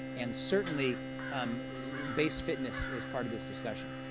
and certainly um based fitness is part of this discussion.